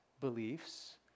beliefs